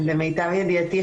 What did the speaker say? למיטב ידיעתי,